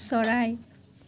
চৰাই